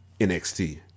NXT